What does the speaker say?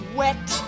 wet